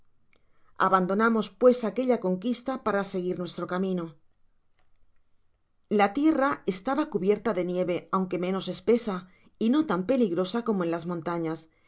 abandonamos pues aquella conquista para seguir nuestro camino la tierra estaba cubierta de nieve aunque menos espesa y no tan peligrosa como en las montañas